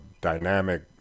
dynamic